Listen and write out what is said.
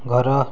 ଘର